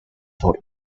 for